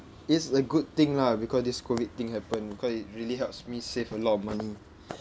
it's a good thing lah because this COVID thing happen because it really helps me save a lot of money